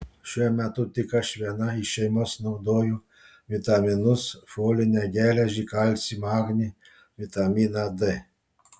šiuo metu tik aš viena iš šeimos naudoju vitaminus folinę geležį kalcį magnį vitaminą d